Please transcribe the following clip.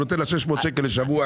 הוא נותן לה 600 שקל לשבוע,